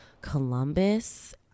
Columbus